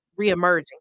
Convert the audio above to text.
reemerging